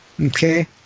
okay